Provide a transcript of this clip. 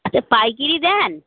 আচ্ছা পাইকারি দেন